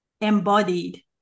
embodied